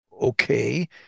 Okay